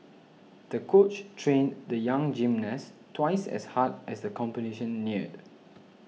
the coach trained the young gymnast twice as hard as the competition neared